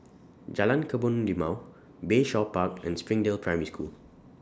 Jalan Kebun Limau Bayshore Park and Springdale Primary School